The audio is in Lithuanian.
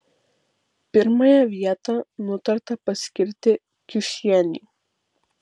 pirmąją vietą nutarta paskirti kiušienei